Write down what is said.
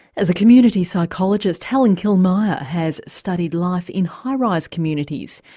as a community psychologist helen killmier has studied life in high-rise communities,